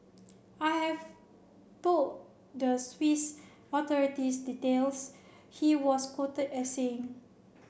I have told the Swiss authorities details he was quoted as saying